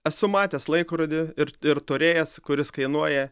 esu matęs laikrodį ir ir turėjęs kuris kainuoja